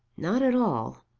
not at all.